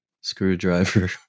screwdriver